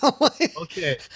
Okay